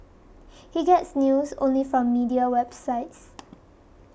he gets news only from media websites